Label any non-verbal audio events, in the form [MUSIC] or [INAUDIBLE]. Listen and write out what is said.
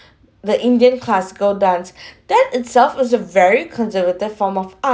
the indian classical dance [BREATH] then itself is a very conservative form of art